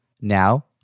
Now